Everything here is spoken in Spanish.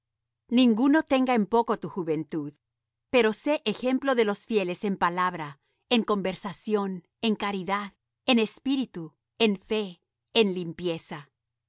ninguno tenga en poco tu juventud pero sé ejemplo de los fieles en palabra en conversación en caridad en espíritu en fe en limpieza